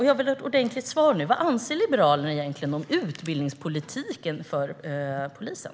Vad har egentligen Liberalerna för åsikt när det gäller utbildningspolitiken för polisen?